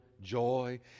joy